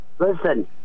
listen